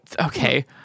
okay